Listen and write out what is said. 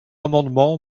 amendement